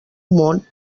món